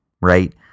right